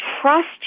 trust